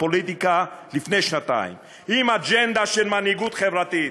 לפוליטיקה לפני שנתיים עם אג'נדה של מנהיגות חברתית.